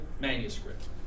manuscript